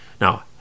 Now